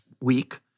week